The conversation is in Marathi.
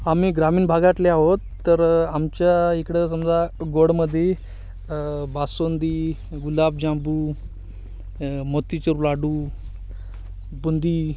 आम्ही ग्रामीण भागातले आहोत तर आमच्या इकडं समजा गोडमध्ये बासुंदी गुलाबजांबू मोतीचूर लाडू बुंदी